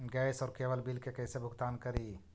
Gas और cable bill के कैसे भुगतान करी?